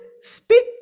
speak